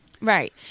right